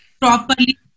properly